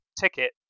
ticket